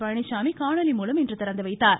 பழனிசாமி காணொலி மூலம் இன்று திறந்துவைத்தார்